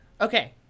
Okay